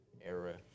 era